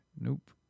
nope